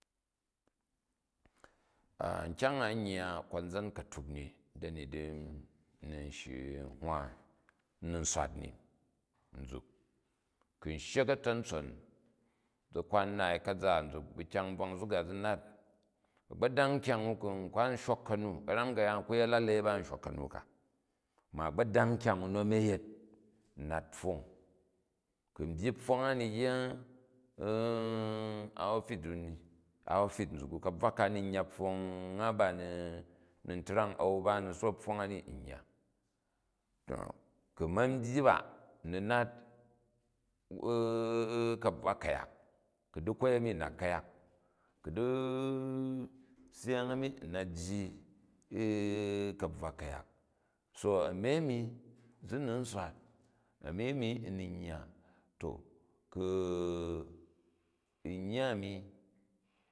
nkyang a n yya konzan ka̱twa ni, dani chi n ni hwa, n mi swal ni nzuk ku n shyek a̱ta̱ntson, zi kwan naai ka̱za, nzuk kan kanyang-bvak nzuk a zi naai, agbodang kyang u ku̱ n kwar shok ka̱m, ka̱ram ka̱yaam ku yet a̱la̱lei ba n shok ka̱mu-ka ma a̱gbodang kyang in nu a̱ni a̱ yet n nat pfong, ku̱ n byyi pfong a̱ nni yya a ofit uni, a ofit nzuk u, ka̱buwa m ni yya pfong a nni brang a̱u ba n ni sook pfong a ni, n yya. To ku n ma byyi ba, nat ka̱bvwa ku̱yak, ku̱ dikwon a̱ni n nat kuya, ku di syang a̱ni, u nat jyi kabvwa ku̱yak. So a̱ami a̱mi zi mi in swat, a̱mi a̱mi n miyya to kun yya a̱ni